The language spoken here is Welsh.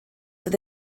oedd